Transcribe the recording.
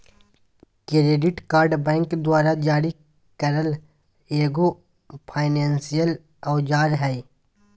credit card bank द्वारा जारी करल एगो फायनेंसियल औजार हइ